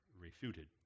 refuted